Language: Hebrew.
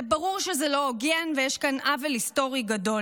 זה ברור שזה לא הוגן, ויש כאן עוול היסטורי גדול.